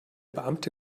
beamte